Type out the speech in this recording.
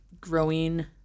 growing